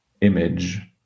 image